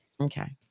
Okay